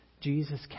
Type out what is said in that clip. Jesus